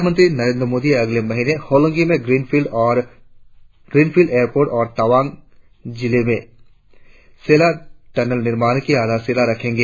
प्रधानमंत्री नरेंद्र मोदी अगले महीने होलोंगी में ग्रीन फील्ड एयरपोर्ट और तवांग जिले में सेला टैनल निर्माण की आधारशिला रखेगी